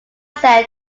said